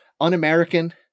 un-American